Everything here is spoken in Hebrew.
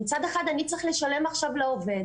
מצד אחד אני צריך לשלם עכשיו לעובד,